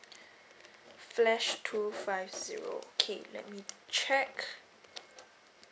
flash two five zero okay let me check